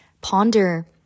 ponder